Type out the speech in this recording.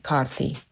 Carthy